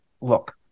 Look